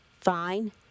Fine